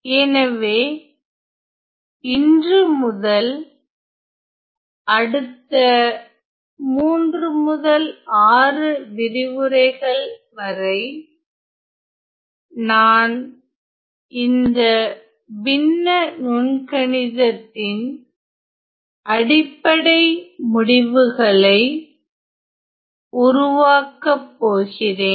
எனவே இன்று முதல் அடுத்த 3 முதல் 6 விரிவுரைகள் வரை நான் இந்த பின்ன நுண்கணிதத்தின் அடிப்படை முடிவுகளை உருவாக்க போகிறேன்